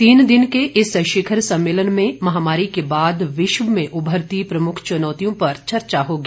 तीन दिन के इस शिखर सम्मेलन में महामारी के बाद विश्व में उभरती प्रमुख चुनौतियों पर चर्चा होगी